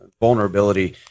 vulnerability